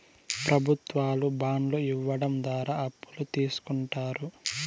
ప్రభుత్వాలు బాండ్లు ఇవ్వడం ద్వారా అప్పులు తీస్కుంటారు